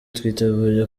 twiteguye